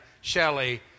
Shelley